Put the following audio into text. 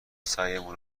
سعیمون